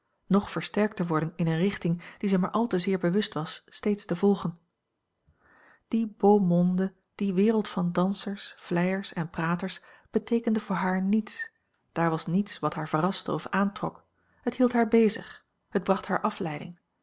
versterkt te worden in eene richting die zij maar al te zeer bewust was steeds te volgen die beau monde die wereld van dansers vleiers en praters beteekende voor haar niets daar was niets wat haar verraste of aantrok het hield haar bezig het bracht haar afleiding